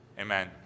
amen